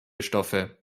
stoffe